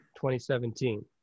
2017